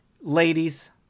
ladies